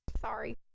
Sorry